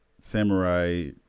Samurai